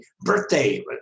birthday